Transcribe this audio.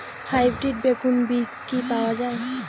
Hybrid বেগুন বীজ কি পাওয়া য়ায়?